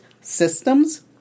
systems